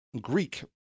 Greek